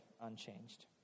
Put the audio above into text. unchanged